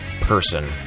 person